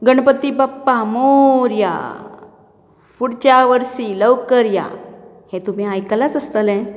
गणपती बाप्पा मोरया फुडच्या वर्षी लवकर या हे तुमी आयकलाच आसतले